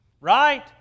right